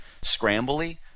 scrambly